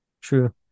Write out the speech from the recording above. true